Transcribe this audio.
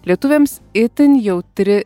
lietuviams itin jautri